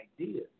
idea